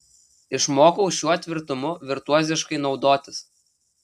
išmokau šiuo tvirtumu virtuoziškai naudotis